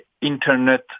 internet